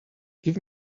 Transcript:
give